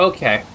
Okay